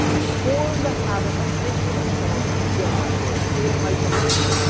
they form the habit of thinking of themselves, again that word, in isolation.